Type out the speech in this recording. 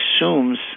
assumes